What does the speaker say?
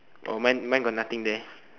oh mine mine got nothing there